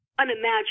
unimaginable